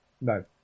No